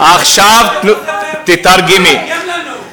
תתרגמי.